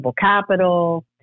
capital